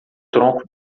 tronco